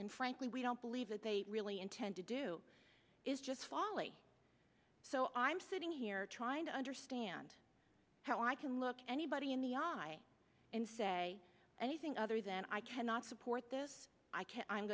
and frankly we don't believe that they really intend to do is just folly so i'm sitting here trying to understand how i can look anybody in the eye and say anything other than i cannot support this i can't i'm